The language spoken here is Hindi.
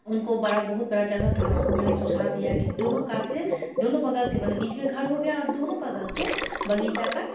उनको बड़ा बहुत बड़ा जगह था उनको मैंने सुझाव दिया की दोनों कात से दोनों बगल से मतलब बीच में घर हो गया और दोनों बगल से बगीचा का